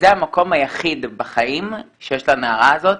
זה המקום היחיד בחיים שיש לנערה הזאת